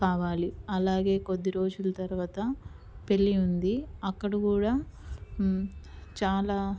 కావాలి అలాగే కొద్ది రోజుల తర్వాత పెళ్ళి ఉంది అక్కడ కూడా చాలా